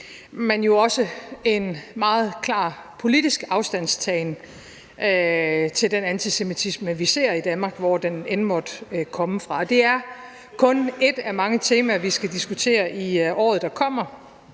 men jo også en meget klar politisk afstandtagen til den antisemitisme, vi ser i Danmark, hvor den end måtte komme fra. Det er kun et af mange temaer, vi skal diskutere i året, der kommer,